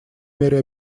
мере